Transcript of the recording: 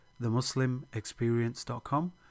themuslimexperience.com